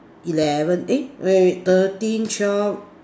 eleven eh wait wait thirteen twelve